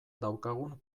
daukagun